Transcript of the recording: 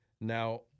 Now